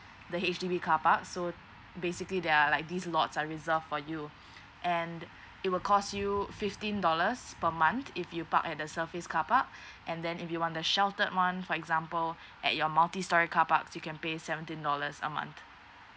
the H_D_B car park so basically there are like these lots are reserved for you and it will cost you fifteen dollars per month if you park at the surface carpark and then if you want the sheltered one for example at your multistorey carpark you can pay seventeen dollars a month